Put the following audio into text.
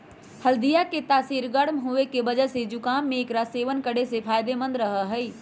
हल्दीया के तासीर गर्म होवे के वजह से जुकाम में एकरा सेवन करे से फायदेमंद रहा हई